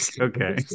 Okay